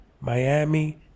Miami